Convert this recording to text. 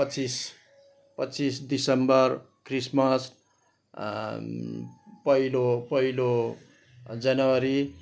पचिस पचिस December Christmas पहिलो पहिलो जनवरी